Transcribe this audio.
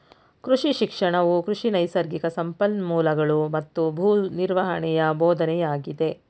ಕೃಷಿ ಶಿಕ್ಷಣವು ಕೃಷಿ ನೈಸರ್ಗಿಕ ಸಂಪನ್ಮೂಲಗಳೂ ಮತ್ತು ಭೂ ನಿರ್ವಹಣೆಯ ಬೋಧನೆಯಾಗಿದೆ